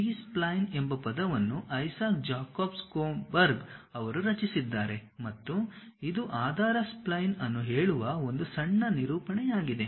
B spline ಎಂಬ ಪದವನ್ನು Isaac Jacob Schoenberg ಅವರು ರಚಿಸಿದ್ದಾರೆ ಮತ್ತು ಇದು ಆಧಾರ ಸ್ಪ್ಲೈನ್ ಅನ್ನು ಹೇಳುವ ಒಂದು ಸಣ್ಣ ನಿರೂಪಣೆಯಾಗಿದೆ